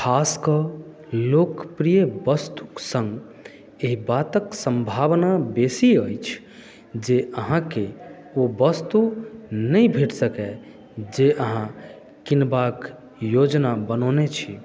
खास कऽ लोकप्रिय वस्तुक सङ्ग एहि बातक संभावना बेसी अछि जे अहाँके ओ वस्तु नहि भेटि सकय जे अहाँ किनबाक योजना बनौने छी